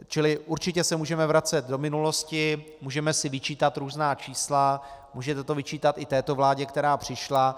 Čili určitě se můžeme vracet do minulosti, můžeme si vyčítat různá čísla, můžete to vyčítat i této vládě, která přišla.